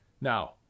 Now